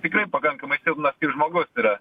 tikrai pakankamai silpas kaip žmogus yra